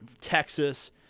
Texas